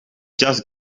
just